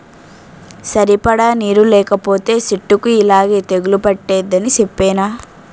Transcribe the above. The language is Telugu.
సరిపడా నీరు లేకపోతే సెట్టుకి యిలాగే తెగులు పట్టేద్దని సెప్పేనా?